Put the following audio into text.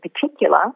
particular